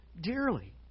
dearly